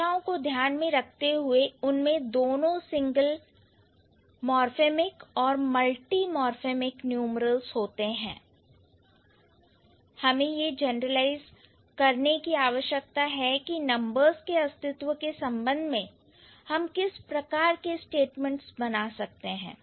भाषाओं को ध्यान में रखते हुए कि उनमें दोनों सिंगल मार्फेमिक और मल्टी मार्फेमिक न्यूमरल्स होते हैं हमें यह जनरलाइज करने की आवश्यकता है कि नंबर्स के अस्तित्व के संबंध में हम किस प्रकार के स्टेटमेंट्स बना सकते हैं